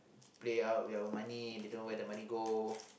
play out your money they don't know where the money go